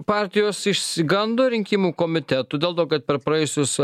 partijos išsigando rinkimų komitetų dėl to kad per praėjusius